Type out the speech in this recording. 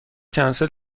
کنسل